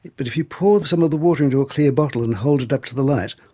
but if you pour some of the water into a clear bottle and hold it up to the light,